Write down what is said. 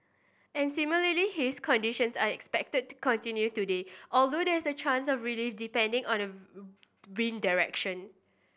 and similar haze conditions are expected to continue today although there is a chance of relief depending on the wind direction